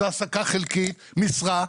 זו העסקה חלקית במשרה,